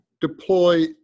deploy